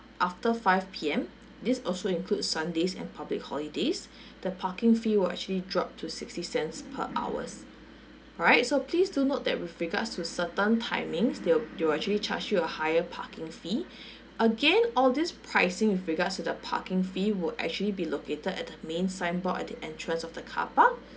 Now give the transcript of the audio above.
after the five P_M this also includes sundays and public holidays the parking fee will actually drop to sixty cents per hours alright so please do note that with regards to certain timings they'll they'll actually charge you a higher parking fee again all this pricing with regards to the parking fee will actually be located at the main signboard at the entrance of the car park